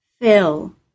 fill